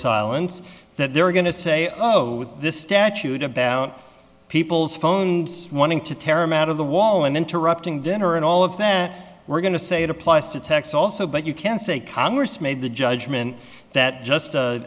silence that they're going to say oh this statute about people's phone to tear him out of the wall and interrupting dinner and all of that we're going to say it applies to techs also but you can't say congress made the judgment that just a